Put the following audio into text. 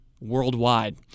worldwide